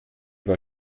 war